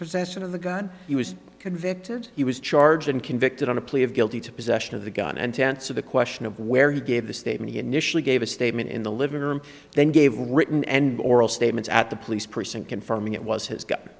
possession of the gun he was convicted he was charged and convicted on a plea of guilty to possession of the gun and to answer the question of where he gave the statement he initially gave a statement in the living room then gave written and oral statements at the police precinct confirming it was his g